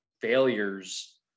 failures